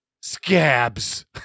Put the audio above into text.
scabs